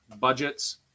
budgets